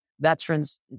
veterans